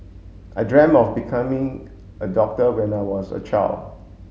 I dreamt of becoming a doctor when I was a child